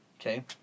okay